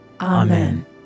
Amen